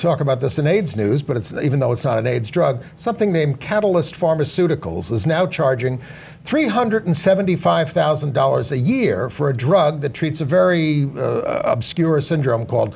talk about this in aids news but it's even though it's not an aids drug something the catalyst pharmaceuticals is now charging three hundred seventy five thousand dollars a year for a drug that treats a very obscure syndrome called